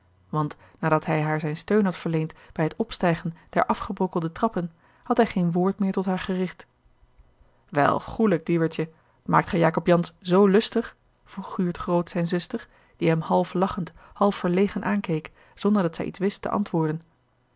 want nadat hij haar zijn steun had verleend bij het opstijgen der afgebrokkelde trappen had hij geen woord meer tot haar gericht wel goêlijk dieuwertje maakt gij jacob jansz zoo lustig vroeg guurt groot zijne zuster die hem half lachend half verlegen aankeek zonderdat zij iets wist te antwoorden